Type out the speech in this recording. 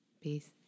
Peace